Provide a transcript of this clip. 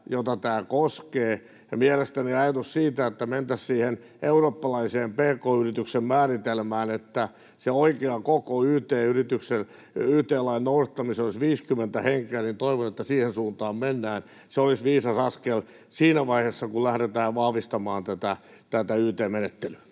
jota tämä koskee. Mielestäni ajatus siitä, että mentäisiin siihen eurooppalaiseen pk-yrityksen määritelmään, että yrityksen oikea koko yt-lain noudattamiselle olisi 50 henkeä — ja toivon, että siihen suuntaan mennään — olisi viisas askel siinä vaiheessa, kun lähdetään vahvistamaan tätä yt-menettelyä.